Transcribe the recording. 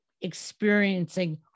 experiencing